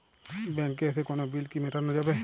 ব্যাংকে এসে কোনো বিল কি মেটানো যাবে?